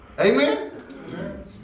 Amen